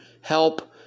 help